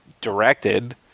directed